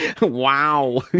Wow